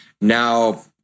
now